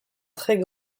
très